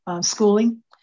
schooling